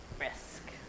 risk